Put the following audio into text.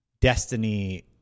destiny